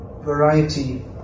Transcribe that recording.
variety